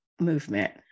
movement